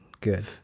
good